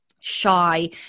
shy